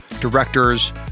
directors